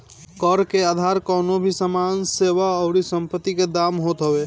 कर के आधार कवनो भी सामान, सेवा अउरी संपत्ति के दाम होत हवे